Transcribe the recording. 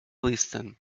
listen